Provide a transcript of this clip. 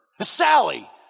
Sally